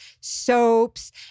soaps